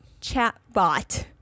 Chatbot